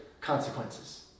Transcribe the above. consequences